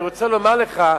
אני רוצה לומר לך,